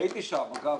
הייתי שם, אגב.